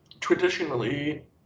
traditionally